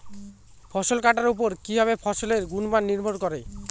ফসল কাটার উপর কিভাবে ফসলের গুণমান নির্ভর করে?